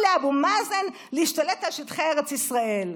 לאבו מאזן להשתלט על שטחי ארץ ישראל.